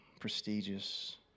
prestigious